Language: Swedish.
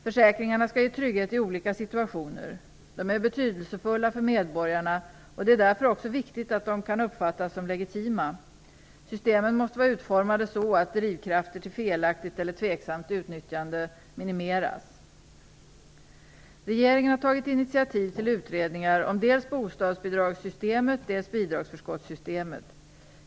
Försäkringarna skall ge trygghet i olika situationer. De är betydelsefulla för medborgarna, och det är därför också viktigt att de kan uppfattas som legitima. Systemen måste vara utformade så att drivkrafter till felaktigt eller tvivelaktigt utnyttjande minimeras. Regeringen har tagit initiativ till utredningar om dels bostadsbidragssystemet, dels bidragsförskottssystemet.